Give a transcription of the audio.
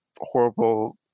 horrible